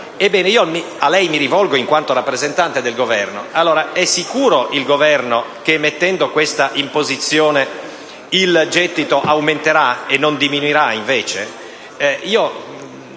e a lei mi rivolgo in quanto rappresentante del Governo. È sicuro il Governo che stabilendo questa imposizione il gettito aumenterà e non diminuirà invece?